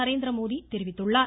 நரேந்திரமோடி தெரிவித்துள்ளார்